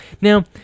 Now